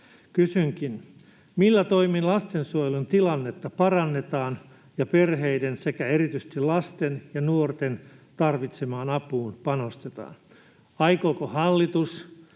Kysynkin: Millä toimin lastensuojelun tilannetta parannetaan ja perheiden sekä erityisesti lasten ja nuorten tarvitsemaan apuun panostetaan? Aikooko hallitus